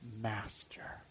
master